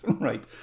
Right